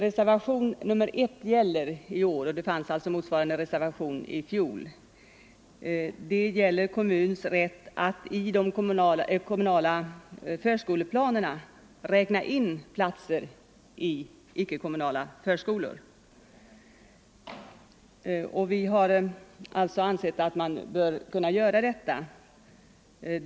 Reservationen 1 — det fanns en motsvarande reservation i fjol — gäller kommuns rätt att i den kommunala förskoleplanen räkna in platser i icke-kommunala förskolor. Vi har ansett att man bör kunna göra det.